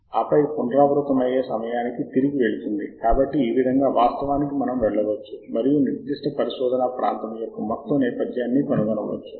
ఉదాహరణకు ఉదహరించిన సమయాన్ని లేదా వినియోగ గణనను ఎంచుకోవడానికి ఇది అవసరం కాకపోవచ్చు ఎందుకంటే మీరు ముఖ్యమైన ప్రచురణలను గుర్తించిన తర్వాత అవి గణాంక ప్రాముఖ్యత కలిగి ఉంటాయి